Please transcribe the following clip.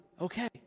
Okay